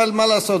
אבל מה לעשות,